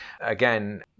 Again